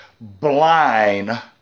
blind